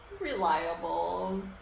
reliable